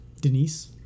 Denise